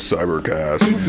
Cybercast